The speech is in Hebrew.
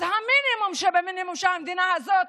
אז המינימום שבמינימום זה שהמדינה הזאת